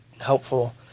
helpful